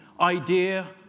idea